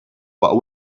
while